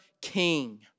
king